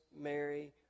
Mary